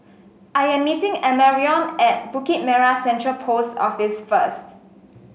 I am meeting Amarion at Bukit Merah Central Post Office first